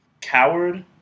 Coward